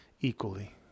Equally